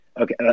Okay